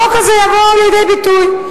החוק הזה יבוא לידי ביטוי.